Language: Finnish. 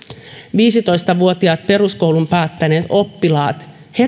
viisitoista vuotiaat peruskoulun päättäneet oppilaat